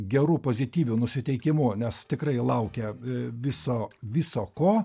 geru pozityviu nusiteikimu nes tikrai laukia viso viso ko